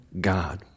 God